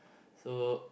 so